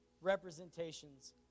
representations